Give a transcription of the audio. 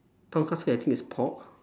tonkatsu I think is pork